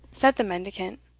said the mendicant,